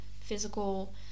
physical